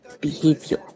behavior